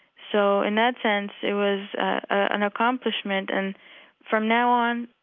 so in that sense, it was an accomplishment. and from now on,